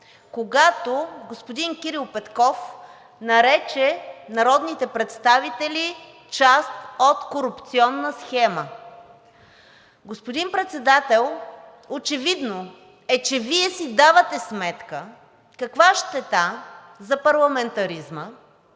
когато господин Кирил Петков нарече народните представители част от корупционна схема. Господин Председател, очевидно е, че Вие си давате сметка каква щета за парламентаризма,